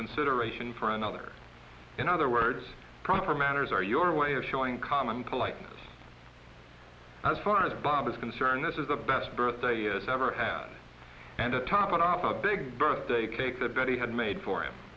consideration for another in other words proper manners are your way of showing common politeness as far as bob is concerned this is the best birthday it ever had and to top it off a big birthday cake that betty had made for him